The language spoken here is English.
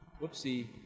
whoopsie